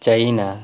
China